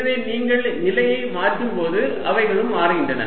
எனவே நீங்கள் நிலையை மாற்றும்போது அவைகளும் மாறுகின்றன